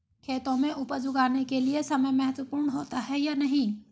खेतों में उपज उगाने के लिये समय महत्वपूर्ण होता है या नहीं?